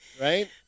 right